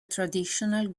traditional